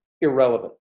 irrelevant